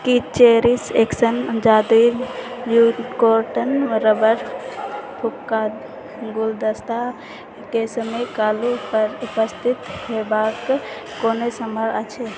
की cherish X जादुई unicorn rubber फुक्का गुलदस्ता केँ समय काल्हि पर उपलब्ध हेबाक कोनो संभावना अछि